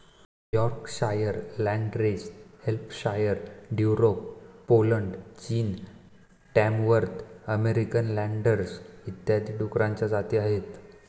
Yorkshire, landrace Hampshire, Duroc Poland, चीन, Tamworth American लेन्सडर इत्यादी डुकरांच्या जाती आहेत